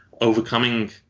overcoming